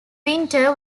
winter